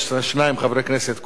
כולל יושב-ראש הוועדה,